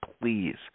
please